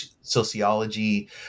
sociology